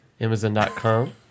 Amazon.com